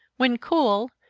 when cool,